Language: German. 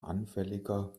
anfälliger